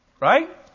Right